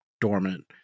dormant